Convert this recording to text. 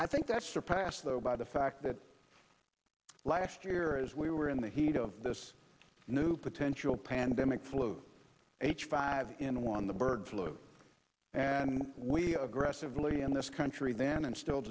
i think that's surpassed though by the fact that last year as we were in the heat of this new potential pandemic flu h five n one the bird flu and we aggressively in this country then and still